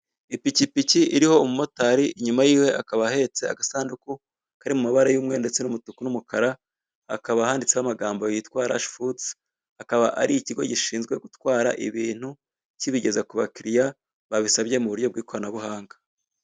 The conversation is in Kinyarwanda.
Ipikipiki iriho umumotari, inyuma y' iwe akaba ahetse agasanduku kari mu mabara y' umweru, ndetse n' n'umutuku n' umukara. Hakaba handitseho amagambo yitwa rashi fuzi; akaba ari kigo gishinzwe gutwara ibintu kibigeza ku bakiriya, babisabye mu buryo bw'ikoranabuhanga.